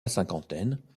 cinquantaine